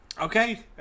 Okay